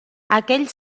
aquell